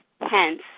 hence